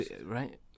Right